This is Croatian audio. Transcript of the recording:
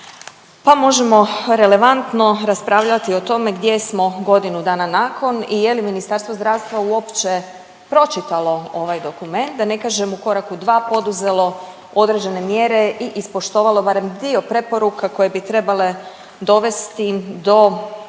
pa možemo relevantno raspravljati o tome gdje smo godinu dana nakon i je li Ministarstvo zdravstva uopće pročitalo ovaj dokument, da ne kažem u koraku dva poduzelo određene mjere i ispoštovalo barem dio preporuka koje bi trebale dovesti do